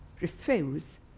refuse